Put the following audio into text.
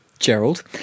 Gerald